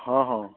ହଁ ହଁ